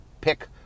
pick